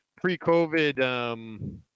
pre-COVID